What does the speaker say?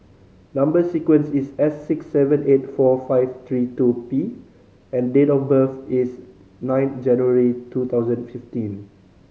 number sequence is S six seven eight four five three two P and date of birth is nine January two thousand fifteen